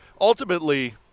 ultimately